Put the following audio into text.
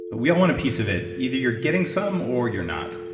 we all want a piece of it. either you're getting some, or you're not.